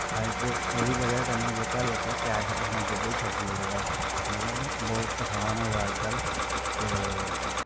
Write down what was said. अज्ज ते एह्दी बजह् कन्नै जेह्का लोकें कैश रक्खना जेह्बै च छड्डी ओड़े दा मतलब बौह्त असान होए दा अज्ज कल ते